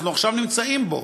אנחנו עכשיו נמצאים בו,